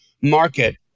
market